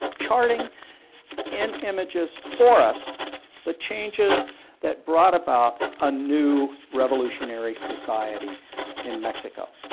charting in images for us the changes that brought about a new revolutionary society in mexico.